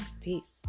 Peace